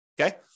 Okay